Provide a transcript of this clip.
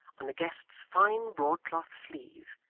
on the guest's fine broadcloth sleeve,